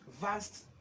vast